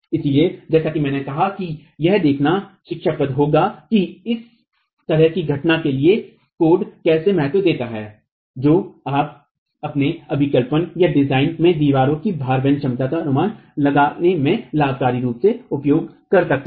इसलिए जैसा कि मैंने कहा कि यह देखना शिक्षाप्रद होगा कि इस तरह की घटना के लिए कोड कैसे महत्व देते हैं जो आप अपने अभिकल्पनडिजाइन में दीवार की भार वहन क्षमता का अनुमान लगाने में लाभकारी रूप से उपयोग कर सकते हैं